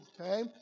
okay